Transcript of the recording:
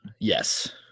Yes